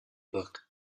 book